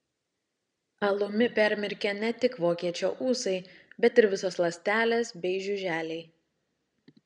alumi permirkę ne tik vokiečio ūsai bet ir visos ląstelės bei žiuželiai